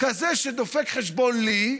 כזה שדופק חשבון לי.